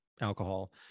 alcohol